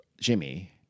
Jimmy